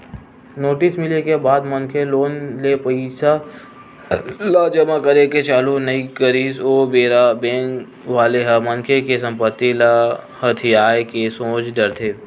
notice मिले के बाद मनखे लोन ले पइसा ल जमा करे के चालू नइ करिस ओ बेरा बेंक वाले ह मनखे के संपत्ति ल हथियाये के सोच डरथे